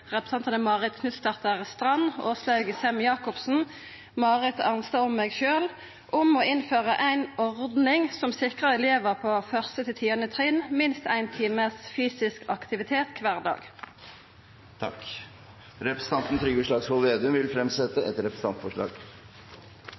representantane Marit Knutsdatter Strand, Åslaug Sem-Jacobsen, Marit Arnstad og meg sjølv om å innføra ei ordning som sikrar elevar på 1.–10. trinn minst éin time fysisk aktivitet kvar dag. Representanten Trygve Slagsvold Vedum vil fremsette